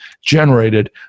generated